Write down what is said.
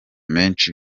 menshi